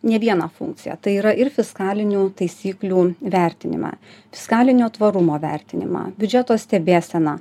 ne vieną funkciją tai yra ir fiskalinių taisyklių vertinimą fiskalinio tvarumo vertinimą biudžeto stebėseną